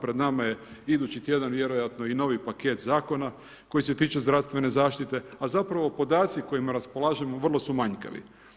Pred nama je idući tjedan vjerojatno i novi paket zakona koji se tiču zdravstvene zaštite, a zapravo podaci kojima raspolažemo vrlo su manjkavi.